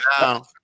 Now